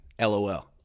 LOL